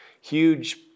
huge